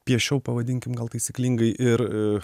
piešiau pavadinkim gal taisyklingai ir